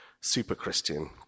super-Christian